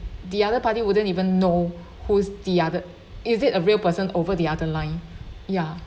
the other party wouldn't even know who's the other is it a real person over the other line ya